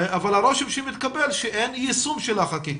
אבל הרושם שמתקבל, שאין יישום של החקיקה.